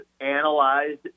analyzed